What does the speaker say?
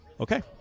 okay